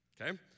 Okay